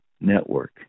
network